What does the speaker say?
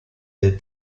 the